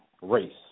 race